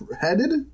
headed